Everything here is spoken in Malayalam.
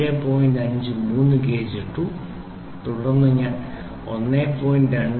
5 ഗേജ് 3 ഇട്ടു തുടർന്ന് ഞാൻ 1